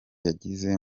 yagize